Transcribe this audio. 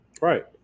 Right